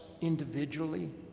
individually